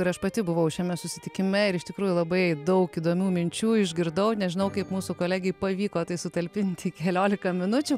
ir aš pati buvau šiame susitikime ir iš tikrųjų labai daug įdomių minčių išgirdau nežinau kaip mūsų kolegei pavyko tai sutalpint į keliolika minučių